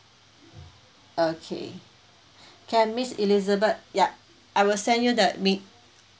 okay can miss elizabeth ya I will send you the me~